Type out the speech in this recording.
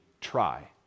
try